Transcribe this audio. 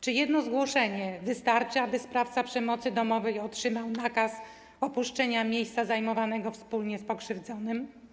Czy jedno zgłoszenie wystarczy, aby sprawca przemocy domowej otrzymał nakaz opuszczenia miejsca zajmowanego wspólnie z pokrzywdzonym?